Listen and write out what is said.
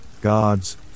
gods